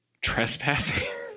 Trespassing